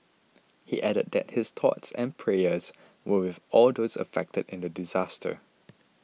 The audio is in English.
he added that his thoughts and prayers were with all those affected in the disaster